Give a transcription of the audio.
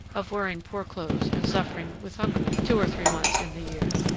of wearing poor clothes and suffering with hunger two or three months in the year,